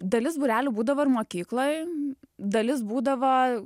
dalis būrelių būdavo ir mokykloj dalis būdavo